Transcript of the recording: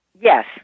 Yes